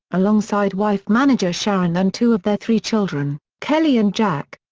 alongside wife manager sharon and two of their three children, kelly and jack.